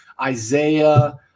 Isaiah